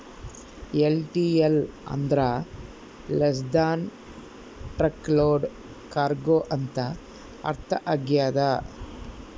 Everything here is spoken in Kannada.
ಎಲ್.ಟಿ.ಎಲ್ ಅಂದ್ರ less than truck load cargo ಅಂತ ಅರ್ಥ ಆಗ್ಯದ